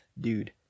Dude